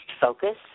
focus